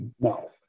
No